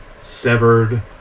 severed